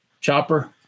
chopper